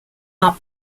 are